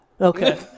Okay